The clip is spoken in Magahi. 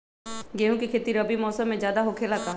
गेंहू के खेती रबी मौसम में ज्यादा होखेला का?